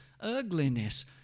ugliness